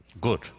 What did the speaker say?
good